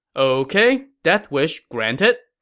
ok, death wish granted.